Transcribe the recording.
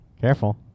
Careful